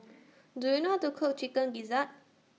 Do YOU know How to Cook Chicken Gizzard